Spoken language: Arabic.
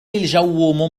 الجو